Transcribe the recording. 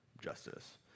justice